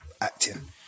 acting